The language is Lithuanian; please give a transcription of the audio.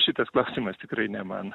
šitas klausimas tikrai ne man